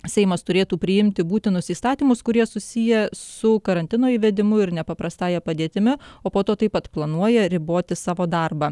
seimas turėtų priimti būtinus įstatymus kurie susiję su karantino įvedimu ir nepaprastąja padėtimi o po to taip pat planuoja riboti savo darbą